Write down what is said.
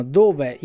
dove